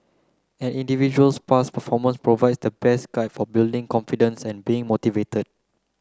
an individual's past performance provides the best guide for building confidence and being motivated